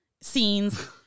scenes